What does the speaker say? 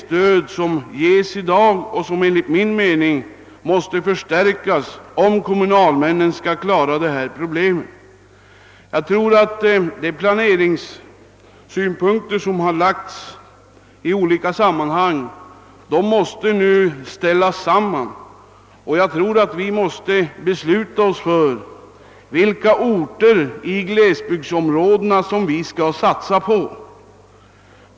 Stödet måste dock enligt min mening förstärkas om kommunalmännen skall kunna klara problemen. De planeringssynpunkter som framlagts i olika sammanhang måste nu ställas samman. Jag tror att vi måste besluta oss för vilka orter i glesbygdsområdena vi skall satsa på.